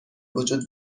وجود